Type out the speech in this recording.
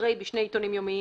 אחרי "בשני עיתונים יומיים"